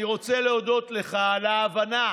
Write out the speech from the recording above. אני רוצה להודות לך על ההבנה